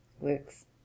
Works